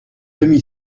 demi